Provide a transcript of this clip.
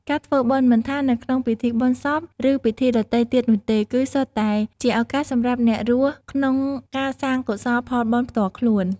ការធ្វើបុណ្យមិនថានៅក្នុងពិធីបុណ្យសព ឬពិធីដទៃទៀតនោះទេ គឺសុទ្ធតែជាឱកាសសម្រាប់អ្នករស់ក្នុងការសាងកុសលផលបុណ្យផ្ទាល់ខ្លួន។